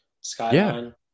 Skyline